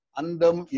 andam